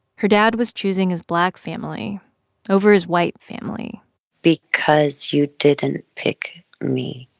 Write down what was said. her dad was choosing his black family over his white family because you didn't pick me.